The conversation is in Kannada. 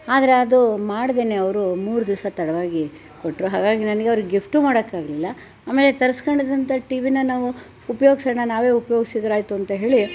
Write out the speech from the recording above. ಆದರೆ ಅದು ಮಾಡದೇನೆ ಅವರು ಮೂರು ದಿವಸ ತಡವಾಗಿ ಕೊಟ್ರು ಹಾಗಾಗಿ ನನಗೆ ಅವ್ರಿಗೆ ಗಿಫ್ಟೂ ಮಾಡಕ್ಕಾಗಲಿಲ್ಲ ಆಮೇಲೆ ತರ್ಸ್ಕೊಂಡಿದ್ದಂಥ ಟಿ ವಿನಾ ನಾವು ಉಪ್ಯೋಗ್ಸೋಣ ನಾವೇ ಉಪಯೋಗ್ಸಿದ್ರಾಯ್ತು ಅಂತ ಹೇಳಿ